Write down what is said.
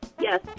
Yes